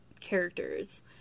characters